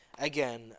Again